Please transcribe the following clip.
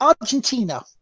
argentina